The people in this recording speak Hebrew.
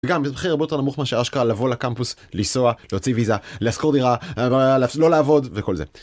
גם במחיר הרבה יותר נמוך מאשר אשכרה לבוא לקמפוס, לנסוע, להוציא ויזה, לשכור דירה, לא לעבוד וכל זה.